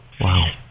Wow